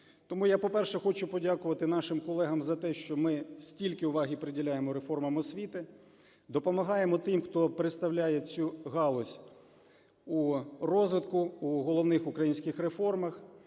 Тому, я, по-перше, хочу подякувати нашим колегам за те, що ми стільки уваги приділяємо реформам освіти, допомагаємо тим, хто представляє цю галузь у розвитку, у головних українських реформах.